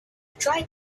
try